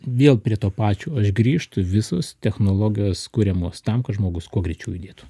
vėl prie to pačio aš grįžtu visos technologijos kuriamos tam kad žmogus kuo greičiau judėtų